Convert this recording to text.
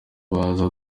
bazaza